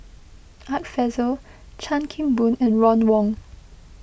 Art Fazil Chan Kim Boon and Ron Wong